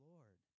Lord